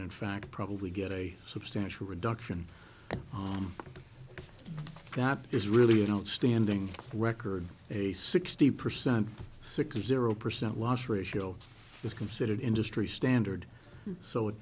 year in fact probably get a substantial reduction on that is really an outstanding record a sixty percent six zero percent loss ratio is considered industry standard so it